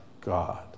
God